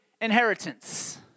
inheritance